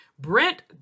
Brent